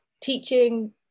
teaching